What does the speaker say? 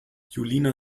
julina